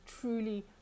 truly